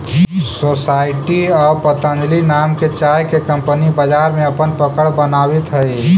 society आउ पतंजलि नाम के चाय के कंपनी बाजार में अपन पकड़ बनावित हइ